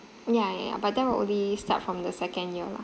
ya ya but that will only start from the second year lah